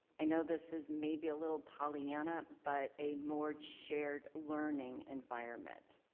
i know this is maybe a little pollyanna, but a more shared learning environment.